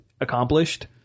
accomplished